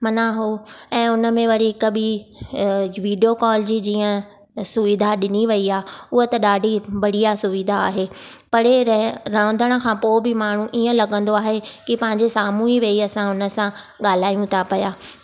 माना उहे ऐं हुन में वरी हिकु ॿी विडियो कॉल जी जीअं सुविधा ॾिनी वई आ उहा त ॾाढी बढ़िया सुविधा आहे परे रह रहंदड़ खां पो बि माण्हूं हीअं लॻंदो आहे त पंजे साम्हूं ई वेही असां हुन सां ॻाल्हायूं था पिया